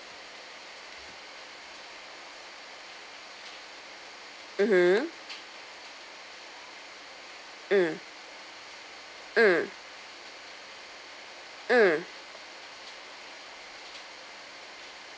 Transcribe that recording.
mmhmm mm mm mm